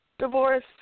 Divorce